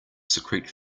secrete